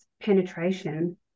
penetration